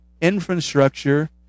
Infrastructure